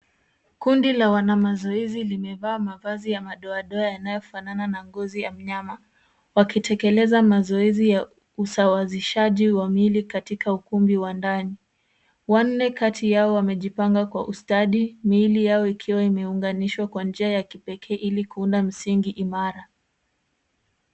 Kundi la wanamazoezi limevaa mavazi ya madoadoa yanayofanana na ngozi ya mnyama wakitekeleza mazoezi ya usawazishaji wa miili katika ukumbi wa ndani. Wanne kati yao wamejipanga kwa ustadi miili yao ikiwa imeunganishwa kwa njia ya kipekee ili kuunda msingi imara.